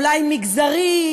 אולי מגזרי,